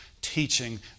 teaching